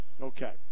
Okay